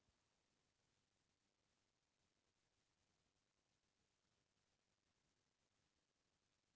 मनसे मन कतको जिनिस म भूसा ल घर दुआर म बरोबर बउरत रथें